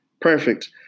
Perfect